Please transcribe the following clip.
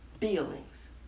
feelings